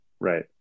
Right